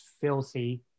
filthy